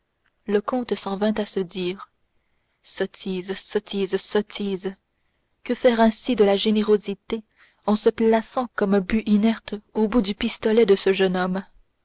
le comte s'en vint à se dire sottise sottise sottise que faire ainsi de la générosité en se plaçant comme un but inerte au bout du pistolet de ce jeune homme